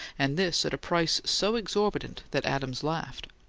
and this at a price so exorbitant that adams laughed.